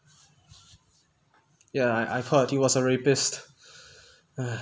ya I I thought he was a rapist !hais!